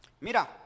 Mira